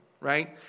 right